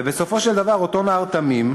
בסופו של דבר, אותו נער תמים,